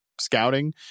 scouting